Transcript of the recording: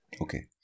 Okay